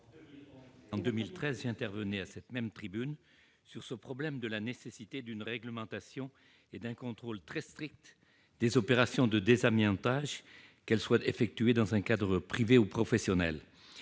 en 2013, j'intervenais à cette même tribune sur ce problème de la nécessité d'une réglementation et d'un contrôle très stricts des opérations de désamiantage, qu'elles soient effectuées dans un cadre privé ou professionnel.